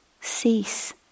cease